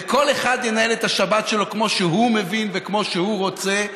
וכל אחד ינהל את השבת שלו כמו שהוא מבין וכמו שהוא רוצה.